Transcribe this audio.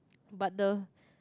but the